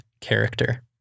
character